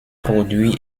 produit